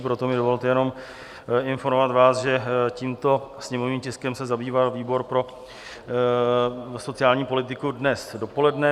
Proto mi dovolte jenom informovat vás, že tímto sněmovním tiskem se zabýval výbor pro sociální politiku dnes dopoledne.